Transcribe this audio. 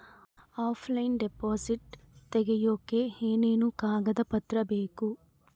Offline deposit ತೆಗಿಯೋದಕ್ಕೆ ಏನೇನು ಕಾಗದ ಪತ್ರ ಬೇಕು?